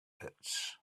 pits